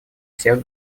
всех